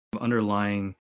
underlying